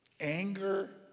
Anger